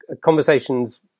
conversations